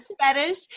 fetish